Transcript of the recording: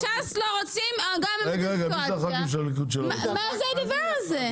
ש"ס לא רוצים --- מה זה הדבר הזה?